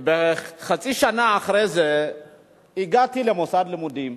בערך חצי שנה אחרי זה הגעתי למוסד לימודים,